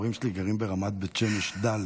ההורים שלי גרים ברמת בית שמש ד',